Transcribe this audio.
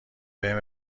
بهم